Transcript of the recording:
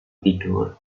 tidur